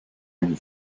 luc